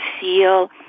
feel